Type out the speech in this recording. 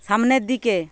সামনের দিকে